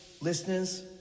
listeners